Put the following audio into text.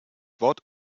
wort